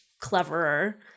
cleverer